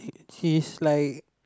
she's like